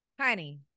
Honey